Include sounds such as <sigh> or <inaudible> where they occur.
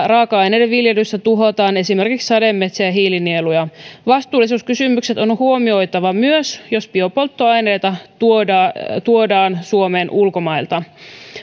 <unintelligible> raaka aineiden viljelyssä tuhotaan esimerkiksi sademetsien hiilinieluja vastuullisuuskysymykset on huomioitava myös jos biopolttoaineita tuodaan tuodaan suomeen ulkomailta